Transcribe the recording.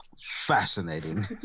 Fascinating